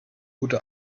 gute